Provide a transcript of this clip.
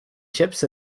chips